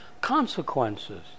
consequences